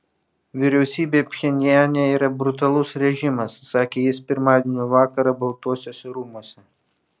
vyriausybė pchenjane yra brutalus režimas sakė jis pirmadienio vakarą baltuosiuose rūmuose